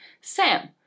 Sam